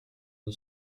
une